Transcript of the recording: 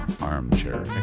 Armchair